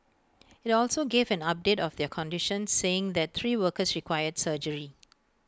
IT also gave an update of their condition saying that three workers required surgery